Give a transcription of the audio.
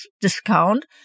discount